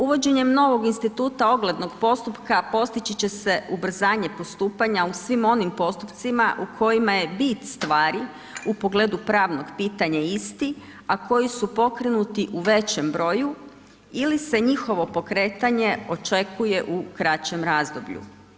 Uvođenjem novog instituta oglednog postupka postići će se ubrzanje postupanja u svim onim postupcima u kojima je bit stvari u pogledu pravnog pitanja ista, a koji su pokrenuti u većem broju ili se njihovo pokretanje očekuje u kraćem razdoblju.